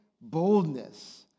boldness